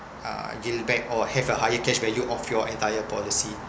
uh get it back or have a higher cash value of your entire policy